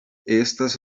estas